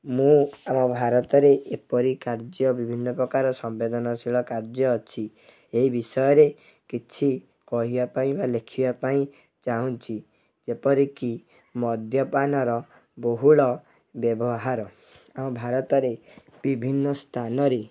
ମୁଁ ଆମ ଭାରତରେ ଏପରି କାର୍ଯ୍ୟ ବିଭିନ୍ନ ପ୍ରକାର ସମ୍ବେଦନଶୀଳ କାର୍ଯ୍ୟ ଅଛି ଏହି ବିଷୟରେ କିଛି କହିବା ପାଇଁ ବା ଲେଖିବା ପାଇଁ ଚାହୁଁଛି ଯେପରିକି ମଦ୍ୟପାନର ବହୁଳ ବ୍ୟବହାର ଆମ ଭାରତରେ ବିଭିନ୍ନ ସ୍ଥାନରେ